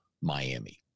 Miami